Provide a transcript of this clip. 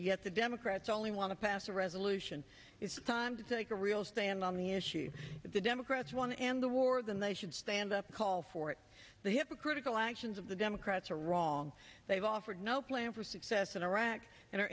yet the democrats only want to pass a resolution it's time to take a real stand on the issue that the democrats won and the war than they should stand up call for the hypocritical actions of the democrats are wrong they've offered no plan for success in iraq and